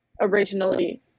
originally